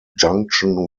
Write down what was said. junction